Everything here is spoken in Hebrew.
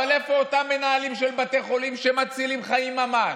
אבל איפה אותם מנהלים של בתי חולים שמצילים חיים ממש?